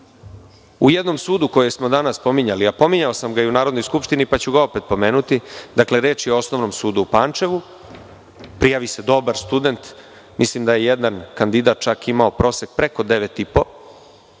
u jednom sudu koji smo danas spominjali, a pominjao sam ga i u Narodnoj skupštini, pa ću ga opet pomenuti. Reč je o Osnovnom sudu u Pančevu. Dakle, prijavi se dobar student, mislim da je jedan kandidat čak imao prosek preko 9,50 ,